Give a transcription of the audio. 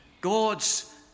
God's